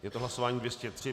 Je to hlasování 203.